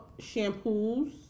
shampoos